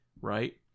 right